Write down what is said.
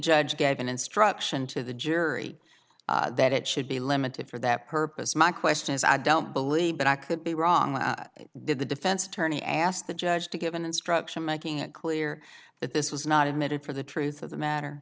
judge gave an instruction to the jury that it should be limited for that purpose my question is i don't believe but i could be wrong did the defense attorney ask the judge to give an instruction making it clear that this was not admitted for the truth of the matter